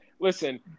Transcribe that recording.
Listen